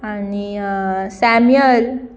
आनी सॅम्युअल